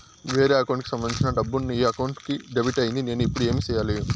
వేరే అకౌంట్ కు సంబంధించిన డబ్బు ఈ అకౌంట్ కు డెబిట్ అయింది నేను ఇప్పుడు ఏమి సేయాలి